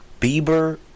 Bieber